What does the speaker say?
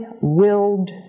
willed